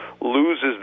loses